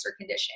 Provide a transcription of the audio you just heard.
condition